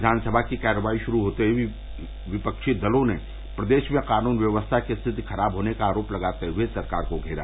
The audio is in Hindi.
विधानसभा की कार्यवाही षुरू होते ही विपक्षी दलों ने प्रदेष में कानून व्यवस्था की स्थिति खराब होने का आरोप लगाते हए सरकार को घेरा